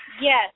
Yes